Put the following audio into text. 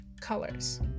colors